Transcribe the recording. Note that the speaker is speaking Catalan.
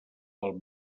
del